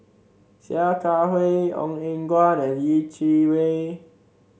Sia Kah Hui Ong Eng Guan and Yeh Chi Wei